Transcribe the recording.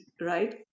right